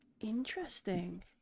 Interesting